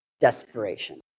desperation